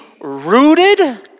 rooted